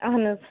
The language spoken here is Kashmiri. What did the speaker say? اہن حظ